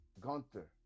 Gunther